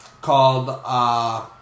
Called